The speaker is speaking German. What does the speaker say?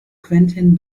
quentin